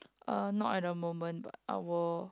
uh not at the moment I will